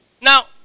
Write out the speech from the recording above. Now